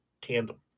tandem